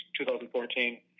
2014